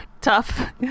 tough